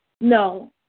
No